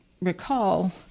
recall